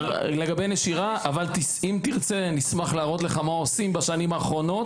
אם תרצה נשמח להראות לך מה עושים בשנים האחרונות.